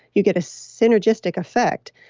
you get a synergistic effect.